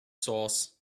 sauce